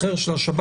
אחר של השב"ס.